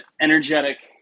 energetic